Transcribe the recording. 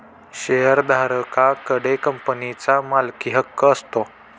शेअरधारका कडे कंपनीचा मालकीहक्क असतो